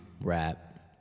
rap